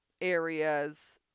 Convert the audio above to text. areas